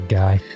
guy